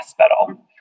hospital